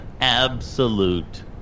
absolute